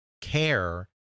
care